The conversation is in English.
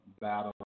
battle